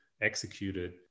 executed